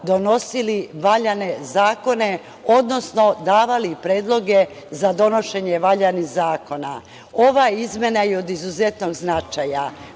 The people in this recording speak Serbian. donosili valjane zakone, odnosno davali predloge za donošenje valjanih zakona. Ova izmena je od izuzetnog značaja. Želim,